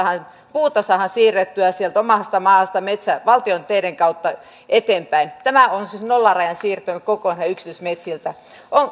puuta saadaan siirrettyä sieltä omasta metsästä valtion teiden kautta eteenpäin siis nollaraja on siirtynyt koko ajan yksityismetsiltä